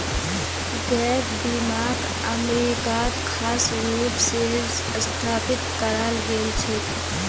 gap बीमाक अमरीकात खास रूप स स्थापित कराल गेल छेक